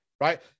right